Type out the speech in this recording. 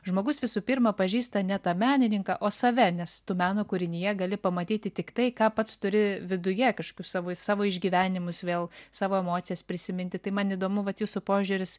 žmogus visų pirma pažįsta ne tą menininką o save nes tu meno kūrinyje gali pamatyti tik tai ką pats turi viduje kažkokius savo savo išgyvenimus vėl savo emocijas prisiminti tai man įdomu vat jūsų požiūris